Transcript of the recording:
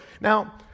Now